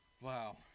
Wow